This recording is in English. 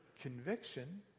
Conviction